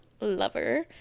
Lover